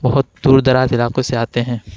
بہت دور دراز علاقوں سے آتے ہیں